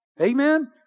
Amen